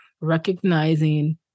recognizing